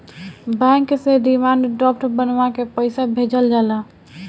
bank से demand draft बनवा के पईसा भेजल जाला